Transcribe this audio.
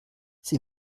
sie